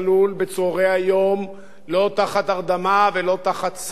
לא תחת הרדמה ולא תחת סם ולא תחת לחץ ולא תחת איום.